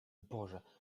boże